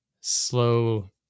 slow